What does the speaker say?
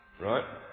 right